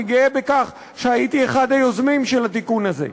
אני גאה בכך שהייתי אחד היוזמים של התיקון הזה.